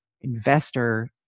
investor